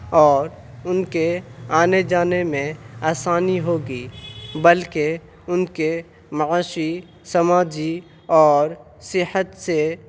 اور ان کے آنے جانے میں آسانی ہوگی بلکہ ان کے معاشی سماجی اور صحت سے